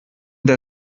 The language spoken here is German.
der